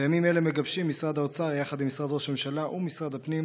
בימים אלה מגבשים משרד האוצר יחד עם משרד ראש הממשלה ומשרד הפנים